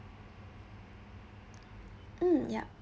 mm yup